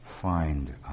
find